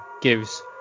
gives